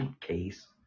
case